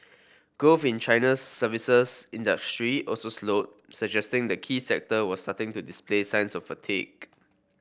growth in China's services industry also slowed suggesting the key sector was starting to display signs fatigue